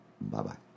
Bye-bye